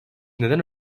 neden